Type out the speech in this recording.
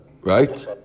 right